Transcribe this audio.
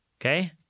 Okay